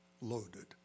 loaded